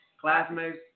classmates